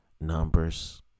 numbers